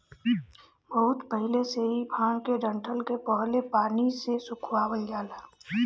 बहुत पहिले से ही भांग के डंठल के पहले पानी से सुखवावल जाला